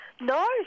No